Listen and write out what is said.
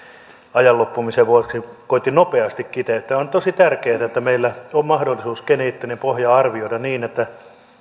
ajan loppumisen vuoksi koetti nopeasti kiteyttää on tosi tärkeätä että meillä on mahdollisuus geneettinen pohja arvioida niin että